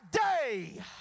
day